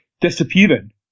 disappearing